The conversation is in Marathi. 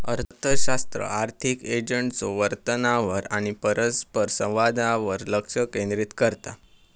अर्थशास्त्र आर्थिक एजंट्सच्यो वर्तनावर आणि परस्परसंवादावर लक्ष केंद्रित करता